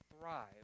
thrive